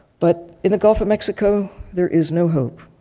but in the gulf of mexico there is no hope.